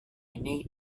ini